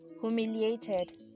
humiliated